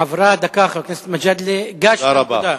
עברה דקה, חבר הכנסת מג'אדלה, גש לנקודה.